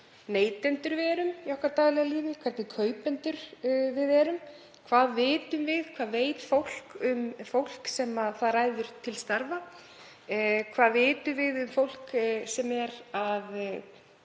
neytendur við erum í okkar daglega lífi, hvernig kaupendur við erum. Hvað vitum við? Hvað veit fólk um þau sem það ræður til starfa? Hvað vitum við um fólk sem er að